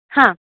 हां